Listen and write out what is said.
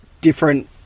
different